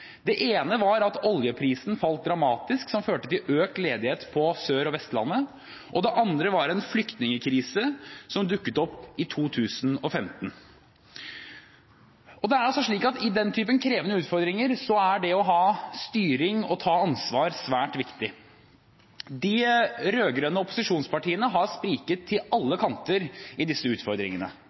Det ene var at oljeprisen falt dramatisk, noe som førte til økt ledighet på Sør- og Vestlandet. Det andre var en flyktningkrise som dukket opp i 2015. Med den typen krevende utfordringer er det å ha styring og ta ansvar svært viktig. De rød-grønne opposisjonspartiene har spriket til alle kanter i disse utfordringene.